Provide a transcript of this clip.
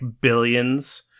Billions